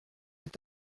est